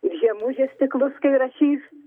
ir žiemužės stiklus kai rašys